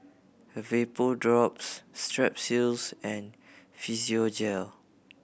Vapodrops Strepsils and Physiogel